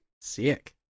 Sick